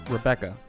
Rebecca